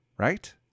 Right